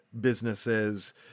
businesses